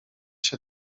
się